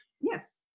Yes